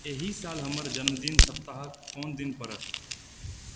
एहि साल हमर जन्मदिन स्प्ताहक कोन दिन पड़त